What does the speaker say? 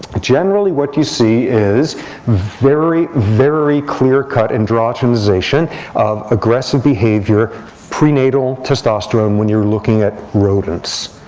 generally, what you see is very, very clear cut androgenization of aggressive behavior prenatal testosterone when you're looking at rodents.